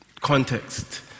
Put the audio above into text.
Context